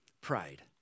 Pride